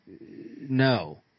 no